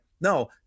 no